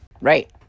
Right